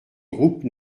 groupes